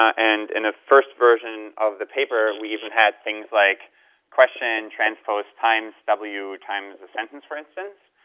and in the first version of the paper, we even had things like question transpose times w times a sentence for instance